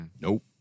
Nope